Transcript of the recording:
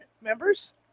members